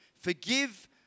Forgive